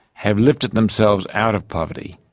have lifted themselves out of poverty,